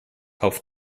auf